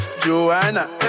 Joanna